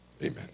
Amen